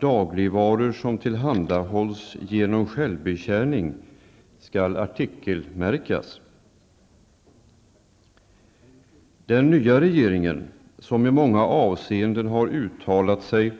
Den nya regeringen, som i många avseenden har uttalat sig